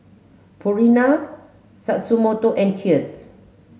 Purina Tatsumoto and Cheers